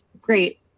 great